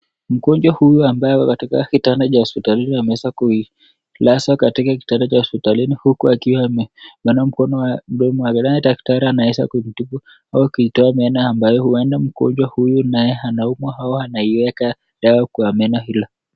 Mgonjwa huyu ambaye yuko katika kitanda cha hosipitalini ameweza kuilazwa katika kitanda cha hosipitalini huku akiwa amepanua mdomo wake naye daktari anaweza kumtibu au kuitoa meno ambayo huenda mgonjwa huyu naye anaumwa ama anaiweka dawa kwa meno hilo.